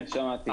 כן, שמעתי.